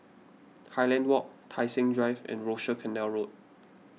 Highland Walk Tai Seng Drive and Rochor Canal Road